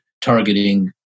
targeting